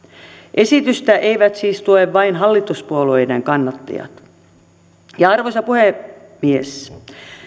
esitystä eivät siis tue vain hallituspuolueiden kannattajat arvoisa puhemies